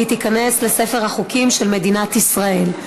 והיא תיכנס לספר החוקים של מדינת ישראל.